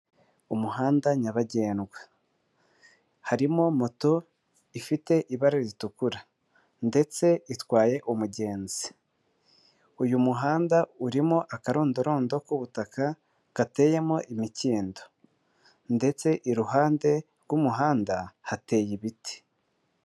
Umuhanda nyabagendwa. Harimo moto ifite ibara ritukura ndetse itwaye umugenzi. Uyu muhanda urimo akarondorondo k'ubutaka gateyemo imikindo ndetse iruhande rw'umuhanda hateye ibiti.